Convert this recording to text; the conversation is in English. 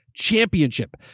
Championship